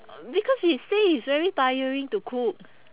because she say it's very tiring to cook